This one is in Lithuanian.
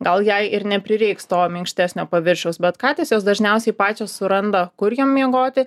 gal jai ir neprireiks to minkštesnio paviršiaus bet katės jos dažniausiai pačios suranda kur jom miegoti